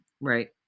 Right